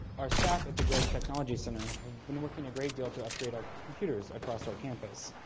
our staff at the gregg technology center have been working a great deal to upgrade our computers across our campus.